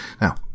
Now